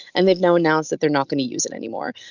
and they've now announced that they're not going to use it anymore.